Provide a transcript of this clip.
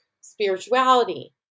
spirituality